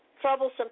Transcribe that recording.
Troublesome